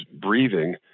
breathing